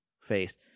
face